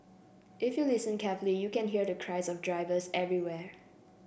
if you listen carefully you can hear the cries of drivers everywhere